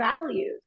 values